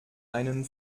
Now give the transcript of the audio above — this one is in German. einen